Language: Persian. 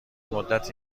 مدتی